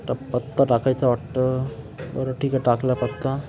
आता पत्ता टाकायचा वाटतं बरं ठीक आहे टाकला पत्ता